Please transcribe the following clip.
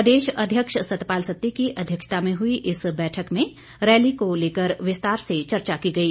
प्रदेश अध्यक्ष सतपाल सत्ती की अध्यक्षता में हुई इस बैठक में रैली को लेकर विस्तार से चर्चा की गई